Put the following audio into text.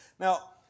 Now